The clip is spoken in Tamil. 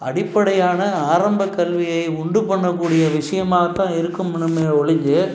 அடிப்படையான ஆரம்பக்கல்வியை உண்டு பண்ணக்கூடிய விஷயமாகத்தான் இருக்கணும் ஒழிஞ்சி